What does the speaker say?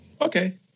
Okay